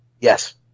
Yes